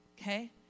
okay